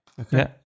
Okay